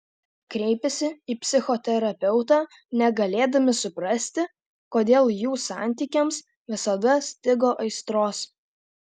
kreipėsi į psichoterapeutą negalėdami suprasti kodėl jų santykiams visada stigo aistros